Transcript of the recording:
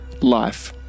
LIFE